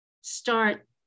start